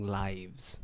lives